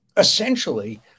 essentially